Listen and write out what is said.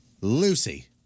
Lucy